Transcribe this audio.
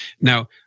now